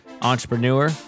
entrepreneur